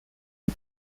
die